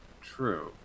true